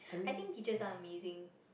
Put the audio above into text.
I think teachers are amazing